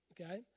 okay